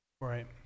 Right